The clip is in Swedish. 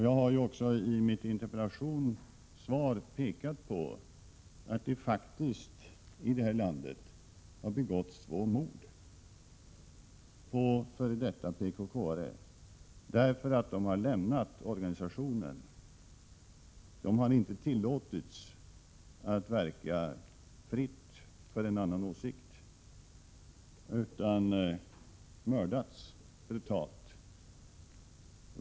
Jag har också i mitt interpellationssvar framhållit att det faktiskt i vårt land har begåtts två mord på före detta medlemmar av PKK därför att de hade lämnat organisationen. De har inte tillåtits verka fritt för en annan åsikt, utan de har brutalt mördats.